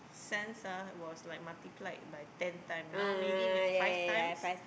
sense ah was like multiplied by ten times now maybe five times